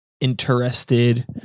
interested